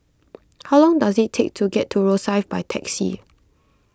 how long does it take to get to Rosyth by taxi